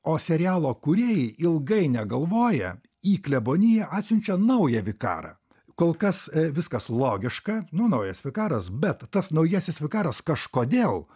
o serialo kūrėjai ilgai negalvoję į kleboniją atsiunčia naują vikarą kol kas viskas logiška nu naujas vikaras bet tas naujasis vikaras kažkodėl